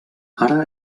ara